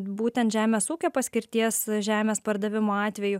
būtent žemės ūkio paskirties žemės pardavimo atveju